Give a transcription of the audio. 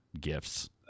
gifts